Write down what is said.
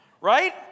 right